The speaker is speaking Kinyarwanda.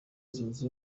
zunze